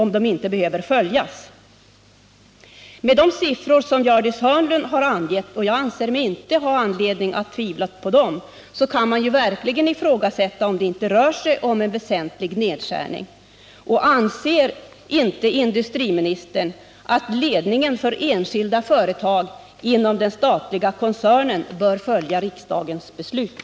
Med tanke på de siffror som Gördis Hörnlund nämnde, och jag anser mig inte ha anledning att betvivla deras riktighet, kan man verkligen fråga sig om det inte rör sig om en väsentlig nedskärning. Anser inte industriministern att ledningen för enskilda företag inom den statliga koncernen bör följa riksdagens beslut?